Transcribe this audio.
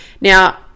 now